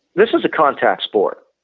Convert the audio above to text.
this is a contact sport.